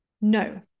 No